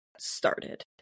started